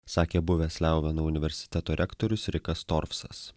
sakė buvęs leubeno universiteto rektorius rikas torsas